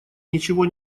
ничего